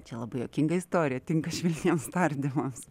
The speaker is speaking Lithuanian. čia labai juokinga istorija tinka švelniems tardymams